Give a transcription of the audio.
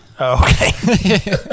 Okay